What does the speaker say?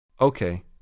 Okay